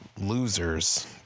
losers